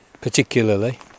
particularly